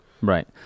Right